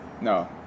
No